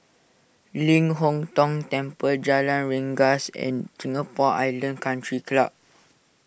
Ling Hong Tong Temple Jalan Rengas and Singapore Island Country Club